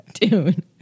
dude